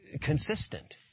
consistent